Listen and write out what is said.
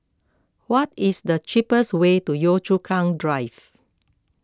what is the cheapest way to Yio Chu Kang Drive